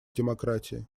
демократии